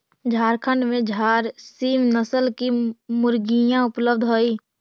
झारखण्ड में झारसीम नस्ल की मुर्गियाँ उपलब्ध हई